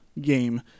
game